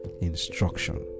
instruction